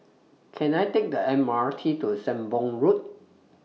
Can I Take The M R T to Sembong Road